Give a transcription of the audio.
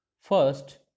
first